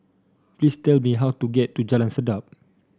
please tell me how to get to Jalan Sedap